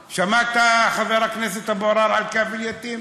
שמעת, חבר הכנסת אבו עראר, על "קאפל יתים"?